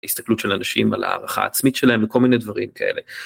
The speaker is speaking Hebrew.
הסתכלות של אנשים על הערכה העצמית שלהם וכל מיני דברים כאלה.